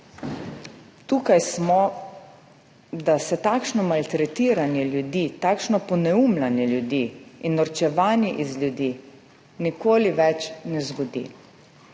Tukaj smo, da se takšno maltretiranje ljudi, takšno poneumljanje ljudi in norčevanje iz ljudi nikoli več ne zgodi.